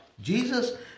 Jesus